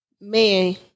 man